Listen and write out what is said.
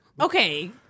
Okay